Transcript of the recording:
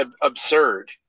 absurd